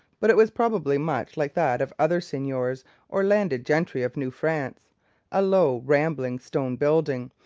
but it was probably much like that of other seigneurs or landed gentry of new france a low, rambling, stone building,